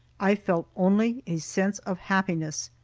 i felt only a sense of happiness.